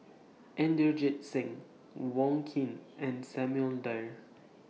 Inderjit Singh Wong Keen and Samuel Dyer